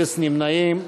אפס נמנעים.